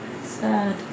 sad